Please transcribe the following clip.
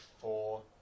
four